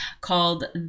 called